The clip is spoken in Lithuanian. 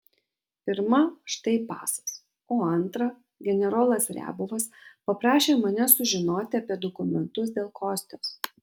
pirma štai pasas o antra generolas riabovas paprašė manęs sužinoti apie dokumentus dėl kostios